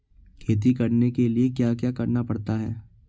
खेती करने के लिए क्या क्या करना पड़ता है?